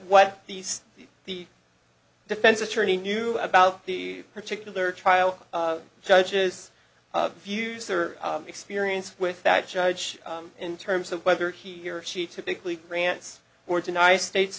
what these the defense attorney knew about the particular trial judge's views or experience with that judge in terms of whether he or she typically grants or deny states